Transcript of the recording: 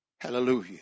Hallelujah